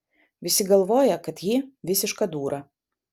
visi galvoja kad ji visiška dūra